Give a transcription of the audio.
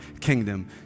kingdom